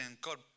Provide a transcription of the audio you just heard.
God